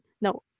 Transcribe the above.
no